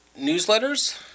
newsletters